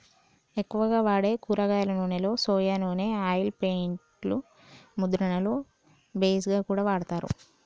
ఎక్కువగా వాడే కూరగాయల నూనెలో సొయా నూనె ఆయిల్ పెయింట్ లు ముద్రణకు బేస్ గా కూడా వాడతారు